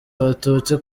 abatutsi